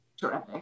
terrific